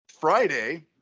Friday